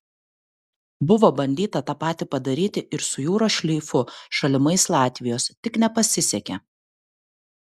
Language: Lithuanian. buvo bandyta tą patį padaryti ir su jūros šleifu šalimais latvijos tik nepasisekė